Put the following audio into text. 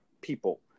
people